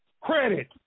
credit